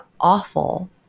awful